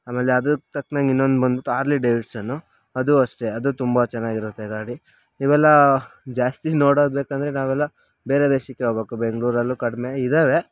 ಆಮೇಲೆ ಅದಕ್ಕೆ ತಕ್ನಂಗೆ ಇನ್ನೊಂದು ಬಂದ್ಬಿಟ್ಟು ಆರ್ಲೆ ಡೇವಿಡ್ಸನ್ನು ಅದು ಅಷ್ಟೇ ಅದು ತುಂಬ ಚೆನ್ನಾಗಿರುತ್ತೆ ಗಾಡಿ ಇವೆಲ್ಲ ಜಾಸ್ತಿ ನೋಡೋದು ಬೇಕಂದರೆ ನಾವೆಲ್ಲ ಬೇರೆ ದೇಶಕ್ಕೆ ಹೋಗ್ಬೇಕು ಬೆಂಗ್ಳೂರಲ್ಲೂ ಕಡಿಮೆ ಇದ್ದಾವೆ